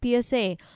PSA